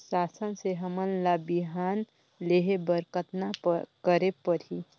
शासन से हमन ला बिहान लेहे बर कतना करे परही?